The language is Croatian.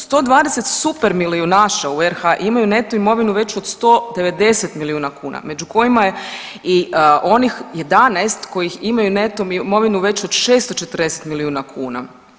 120 super milijunaša u RH imaju neto imovinu veću od 190 milijuna kuna među kojima je i onih 11 koji imaju neto imovinu veću od 640 milijuna kuna.